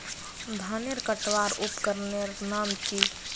धानेर कटवार उपकरनेर नाम की?